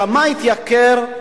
בכמה התייקר,